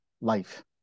life